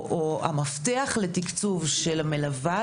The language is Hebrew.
או המפתח לתקצוב של המלווה,